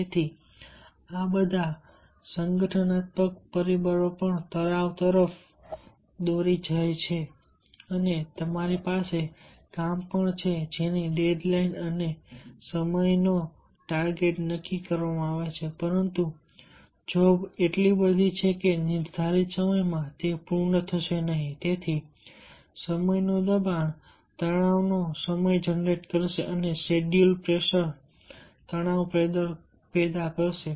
તેથી આ બધા સંગઠનાત્મક પરિબળો પણ તણાવ તરફ દોરી જાય છે અને તમારી પાસે કામપણ છે જેની ડેડ લાઇન અને સમયનો ટાર્ગેટ નક્કી કરવામાં આવે છે પરંતુ જોબ એટલી બધી છે કે નિર્ધારિત સમયમાં તે પૂર્ણ થશે નહીં તેથી સમયનું દબાણ તણાવનો સમય જનરેટ કરશે અને શેડ્યૂલ પ્રેશર તણાવ પેદા કરશે